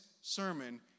sermon